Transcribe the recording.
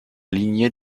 lignée